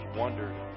wondered